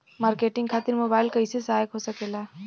Marketing खातिर mobile कइसे सहायक हो सकेला?